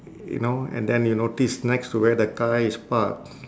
you know and then you notice next to where the car is parked